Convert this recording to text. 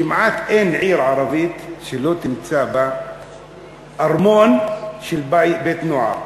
כמעט אין עיר ערבית שלא תמצא בה ארמון של בית-נוער,